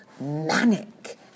manic